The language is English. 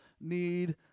need